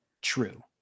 true